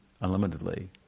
unlimitedly